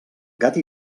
gat